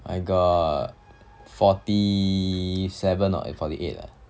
I got forty seven or eight forty eight lah